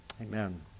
Amen